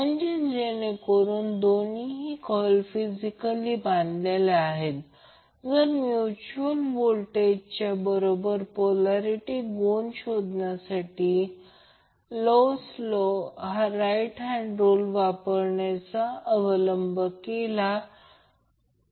म्हणजेच जेणेकरून दोन्हीही कॉइल फिजिकली बांधलेल्या आहेत आणि जर म्यूच्यूअल व्होल्टेजची बरोबर पोल्यारीटी गुण शोधण्यासाठी लेंस लॉ हा राइट हँड रूल सोबत अवलंब केला आहे